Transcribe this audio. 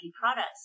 products